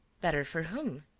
better for whom?